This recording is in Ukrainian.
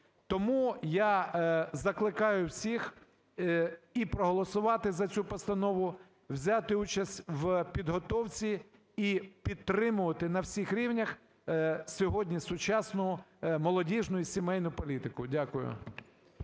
Тому я закликаю всіх і проголосувати за цю постанову, взяти участь в підготовці, і підтримувати на всіх рівнях сьогодні сучасну молодіжну і сімейну політику. Дякую.